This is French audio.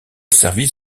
service